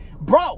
Bro